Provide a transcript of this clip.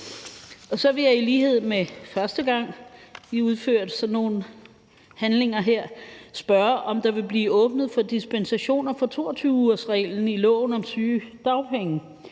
Så vil jeg, i lighed med første gang vi udførte sådan nogle handlinger her, spørge, om der vil blive åbnet for dispensation fra 22-ugersreglen i loven om sygedagpenge.